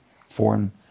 foreign